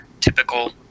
typical